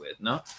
no